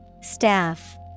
staff